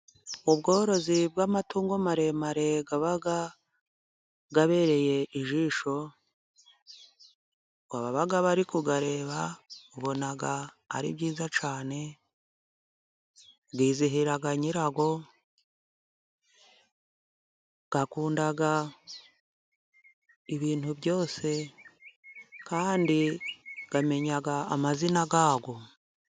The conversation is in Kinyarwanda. Ubworozi bw'amatungo maremare aba abereye ijisho, baba bari kuyareba ubona ari byiza cyane, yizihira nyirayo, akunda ibintu byose, kandi amenya amazina yayo.